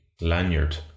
lanyard